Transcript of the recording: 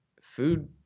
food